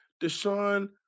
Deshaun